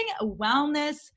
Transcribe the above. wellness